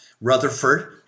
Rutherford